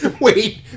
Wait